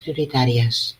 prioritàries